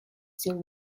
still